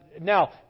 Now